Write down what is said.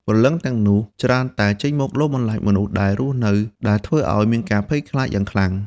ព្រលឹងទាំងនោះច្រើនតែចេញមកលងបន្លាចមនុស្សដែលនៅរស់ដែលធ្វើឲ្យមានការភ័យខ្លាចយ៉ាងខ្លាំង។